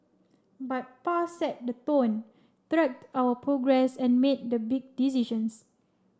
but Pa set the tone tracked our progress and made the big decisions